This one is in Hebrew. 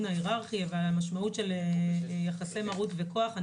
ההיררכי ועל המשמעות של יחסי מרות וכוח.